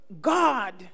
God